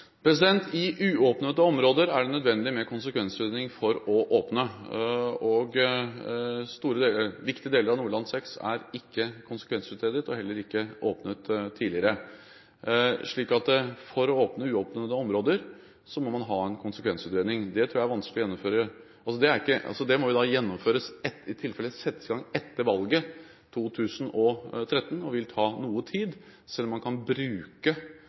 i Nordland VI, eller støtter den rød-grønne regjeringen Ola Borten Moe ved at dette kan gjøres på bakgrunn av en 20 år gammel konsekvensutredning. I uåpnede områder er det nødvendig med konsekvensutredning for å åpne. Viktige deler av Nordland VI er ikke konsekvensutredet og heller ikke åpnet tidligere, slik at for å åpne uåpnede områder må man ha en konsekvensutredning. Det tror jeg er vanskelig å gjennomføre. Det må i tilfelle